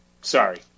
sorry